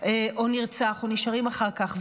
או נרצח ונשארים אחר כך,